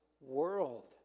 world